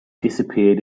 disappeared